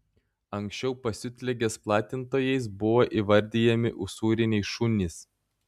anksčiau pasiutligės platintojais buvo įvardijami usūriniai šunys